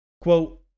Quote